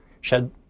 shed